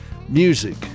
Music